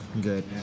good